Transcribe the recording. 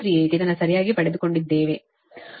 9238 ಇದನ್ನು ಸರಿಯಾಗಿ ಪಡೆದುಕೊಂಡಿದ್ದೇವೆ